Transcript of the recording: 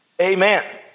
Amen